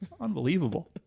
unbelievable